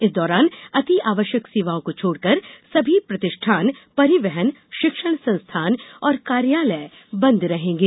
इस दौरान अति आवश्यक सेवाओं को छोड़कर सभी प्रतिष्ठान परिहवन शिक्षण संस्थान और कार्यालय बंद रहेंगे